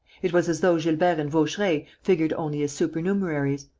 it was as though gilbert and vaucheray figured only as supernumeraries,